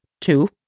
two